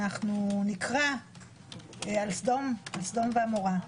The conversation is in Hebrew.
אנחנו נקרא על סדום ועמורה.